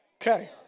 Okay